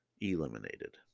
eliminated